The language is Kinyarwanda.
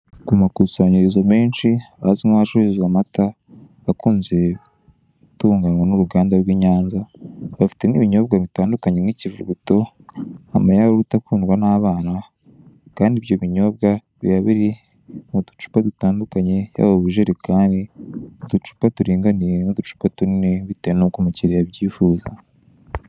Ku makusanyirizo menshi ahazwi nk'ahacururizwa amata akunze gutunganywa n'uruganda rw'i Nyanza, bafite n'ibinyobwa bitandukanye nk'ikivuguto, amayawurute akundwa n'abana, kandi ibyo binyobwa biba biri mu ducupa dutandukanye yaba ubujerekani, uducupa turinganiye n'ducupa tunini bitewe n'uko umukiriya abyifuza.